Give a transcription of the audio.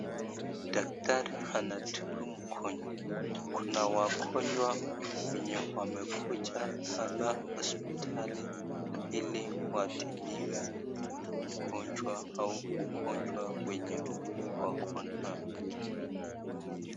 Dakatari anatibu mgonjwa. Kuna wagonjwa wenye wamekuja hapa hospitali ili watibiwe mgonjwa au ugonjwa wenye wako nayo.